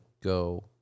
go